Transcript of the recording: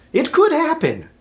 it could happen.